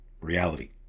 reality